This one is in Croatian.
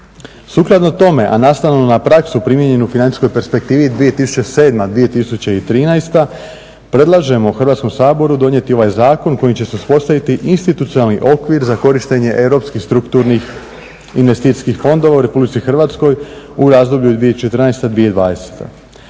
Sukladno tome, a nastavno na praksu primijenjenoj financijskoj perspektivi 2007.-2013.predlažemo Hrvatskom saboru donijeti ovaj zakon kojim će se uspostaviti institucionalni okvir za korištenje europskih strukturnih investicijskih fondova u RH u razdoblju od 2014.-2020.